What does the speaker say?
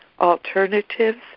alternatives